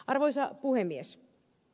arvoisa puhemies